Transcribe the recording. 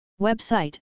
Website